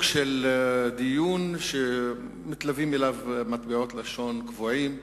של דיון שמתלווים אליו מטבעות לשון קבועים,